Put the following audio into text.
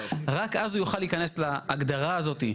רק אז הוא יוכל להיכנס להגדרה הזאת של,